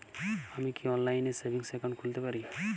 আমি কি অনলাইন এ সেভিংস অ্যাকাউন্ট খুলতে পারি?